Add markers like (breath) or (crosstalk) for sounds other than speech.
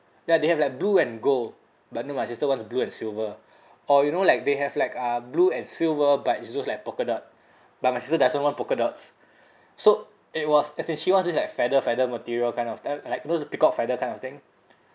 ya they have like blue and gold but no my sister wants blue and silver or you know like they have like um blue and silver but its look like polka dot (breath) but my sister doesn't want polka dots (breath) so it was as in she wants this like feather feather material kind of type like those peacock feather kind of thing